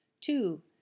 Two